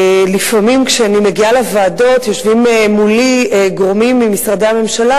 לפעמים כשאני מגיעה לוועדות יושבים מולי גורמים ממשרדי הממשלה